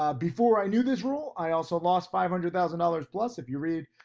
um before i knew this rule, i also lost five hundred thousand dollars plus, if you read,